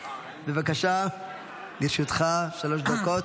בבקשה, לרשותך שלוש דקות.